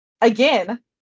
Again